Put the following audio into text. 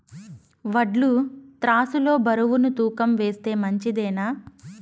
వడ్లు త్రాసు లో బరువును తూకం వేస్తే మంచిదేనా?